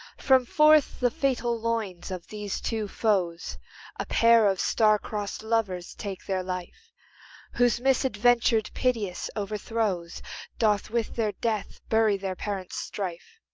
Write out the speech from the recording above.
from forth the fatal loins of these two foes a pair of star-cross'd lovers take their life whose misadventur'd piteous overthrows doth with their death bury their parents' strife.